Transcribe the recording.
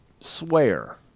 swear